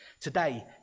today